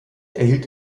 erhielt